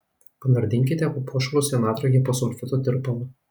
panardinkite papuošalus į natrio hiposulfito tirpalą